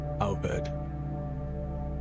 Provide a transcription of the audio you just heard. Albert